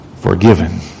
forgiven